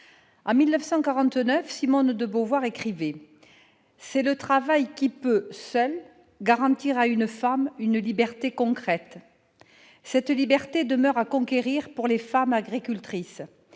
En 1949, Simone de Beauvoir écrivait :« C'est le travail qui peut seul garantir à une femme une liberté concrète. » Cette liberté demeure à conquérir pour les femmes agricultrices.